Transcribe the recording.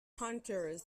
hunters